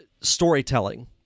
storytelling